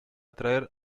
atraer